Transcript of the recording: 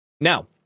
Now